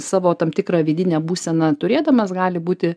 savo tam tikrą vidinę būseną turėdamas gali būti